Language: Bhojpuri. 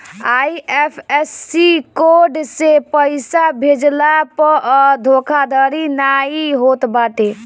आई.एफ.एस.सी कोड से पइसा भेजला पअ धोखाधड़ी नाइ होत बाटे